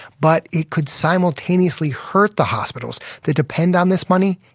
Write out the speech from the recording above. but it could simultaneously hurt the hospitals that depend on this money,